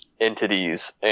entities